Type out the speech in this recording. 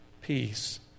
peace